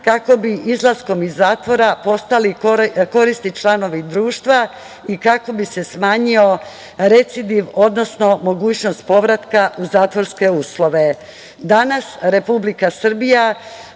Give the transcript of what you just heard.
kako bi izlaskom iz zatvora postali korisni članovi društva i kako vi se smanjio recidiv, odnosno mogućnost povratka u zatvorske uslove. Danas Republika Srbija